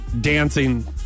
dancing